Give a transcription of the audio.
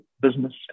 business